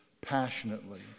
passionately